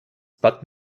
bad